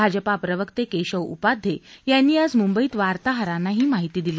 भाजपा प्रवक्ते केशव उपाध्ये यांनी आज मुंबईत वार्ताहरांना ही माहिती दिली